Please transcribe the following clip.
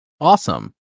Awesome